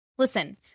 Listen